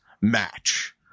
match